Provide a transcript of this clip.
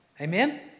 Amen